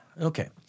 Okay